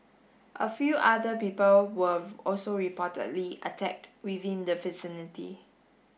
a few other people were also reportedly attacked within the vicinity